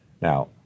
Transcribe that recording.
Now